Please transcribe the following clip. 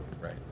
right